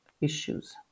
issues